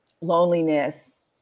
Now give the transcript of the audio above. loneliness